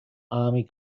army